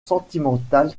sentimental